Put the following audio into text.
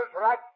right